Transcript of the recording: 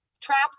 trapped